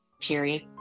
period